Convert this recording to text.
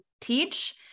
teach